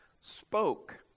spoke